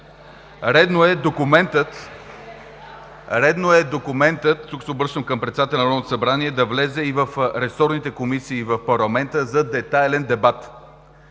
Народното събрание, да влезе и в ресорните комисии в парламента за детайлен дебат.